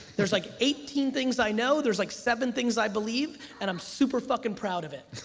there's like eighteen things i know, there's like seven things i believe, and i'm super fucking proud of it.